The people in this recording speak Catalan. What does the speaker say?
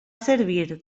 servir